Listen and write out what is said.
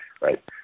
right